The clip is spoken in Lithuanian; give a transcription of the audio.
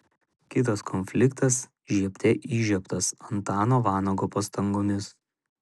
kitas konfliktas žiebte įžiebtas antano vanago pastangomis